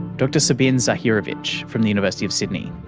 dr sabin zahirovic from the university of sydney.